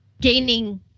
gaining